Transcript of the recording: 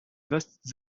vastes